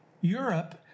Europe